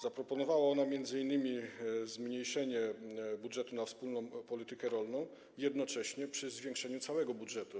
Zaproponowała ona m.in. zmniejszenie budżetu na wspólną politykę rolną przy jednoczesnym zwiększeniu całego budżetu.